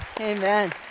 Amen